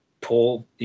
pull